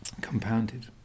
compounded